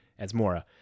Asmora